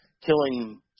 killing